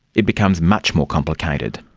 it becomes much more complicated.